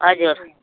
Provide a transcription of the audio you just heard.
हजुर